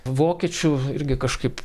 vokiečių irgi kažkaip